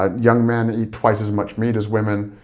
ah young men eat twice as much meat as women.